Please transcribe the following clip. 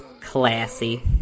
classy